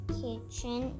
kitchen